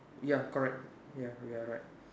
ya correct ya you are right